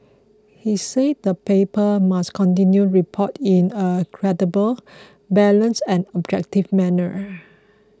he said the paper must continue report in a credible balanced and objective manner